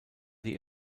die